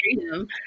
freedom